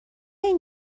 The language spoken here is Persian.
این